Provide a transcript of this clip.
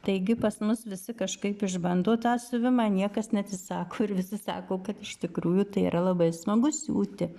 taigi pas mus visi kažkaip išbando tą siuvimą niekas neatsisako visi sako kad iš tikrųjų tai yra labai smagu siūti